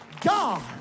God